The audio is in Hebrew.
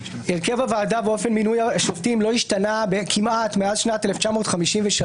הרכב הוועדה ואופן מינוי השופטים לא השתנה כמעט מאז שנת 1953,